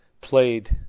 played